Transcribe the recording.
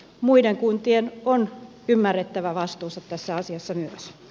muiden kuntien on ymmärrettävä vastuunsa tässä asiassa myös